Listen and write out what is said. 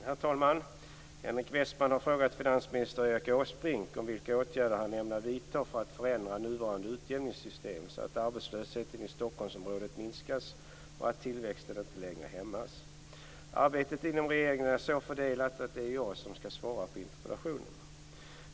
Herr talman! Henrik Westman har frågat finansminister Erik Åsbrink vilka åtgärder han ämnar vidta för att förändra nuvarande utjämningssystem så att arbetslösheten i Stockholmsområdet minskas och tillväxten inte längre hämmas. Arbetet inom regeringen är så fördelat att det är jag som skall svara på interpellationen.